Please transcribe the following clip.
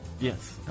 Yes